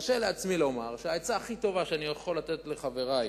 מרשה לעצמי לומר שהעצה הכי טובה שאני יכול לתת לחברי,